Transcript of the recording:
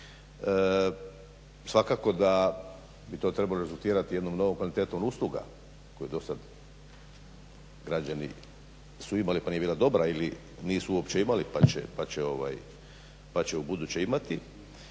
Svakako da bi to trebalo rezultirati jednom novom kvalitetom usluga koje dosad građani su imali pa nije bila dobra ili nisu uopće imali pa će ubuduće imati.